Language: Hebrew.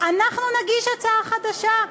"אנחנו נגיש הצעה חדשה".